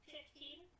Fifteen